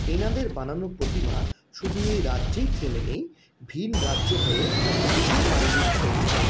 এনাদের বানানো প্রতিভা শুধু এই রাজ্যেই থেমে নেই ভিন রাজ্য হয়ে বিদেশেও পাড়ি দিচ্ছে আজকাল